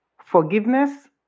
forgiveness